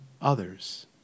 others